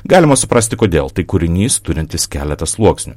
galima suprasti kodėl tai kūrinys turintis keletą sluoksnių